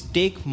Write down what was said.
take